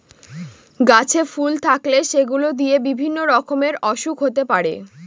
গাছে ফুল থাকলে সেগুলো দিয়ে বিভিন্ন রকমের ওসুখ হতে পারে